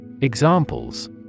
Examples